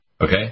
Okay